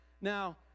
Now